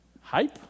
Hype